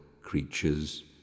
creatures